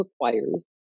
requires